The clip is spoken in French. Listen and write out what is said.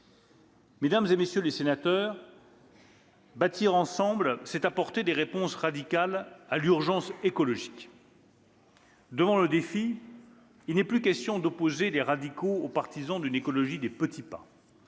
Mesdames, messieurs les sénateurs, bâtir ensemble, c'est apporter des réponses radicales à l'urgence écologique. « Devant un tel défi, il n'est plus question d'opposer les radicaux aux partisans d'une écologie des petits pas.